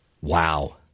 Wow